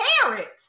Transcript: carrots